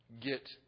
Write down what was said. get